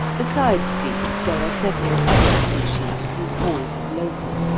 besides these, there are several other species whose haunt is local.